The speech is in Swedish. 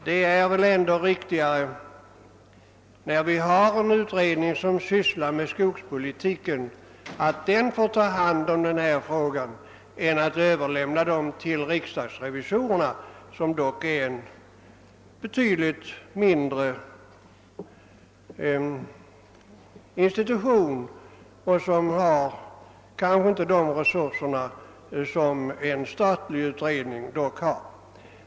Det är väl ändå riktigare, när vi har en utredning som sysslar med skogspolitiken, att den får ta hand om denna fråga än att frågan överlämnas till riksdagsrevisorerna, som dock är en betydligt mindre institution och som kanske inte har de resurser som en statlig utredning har.